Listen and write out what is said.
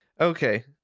Okay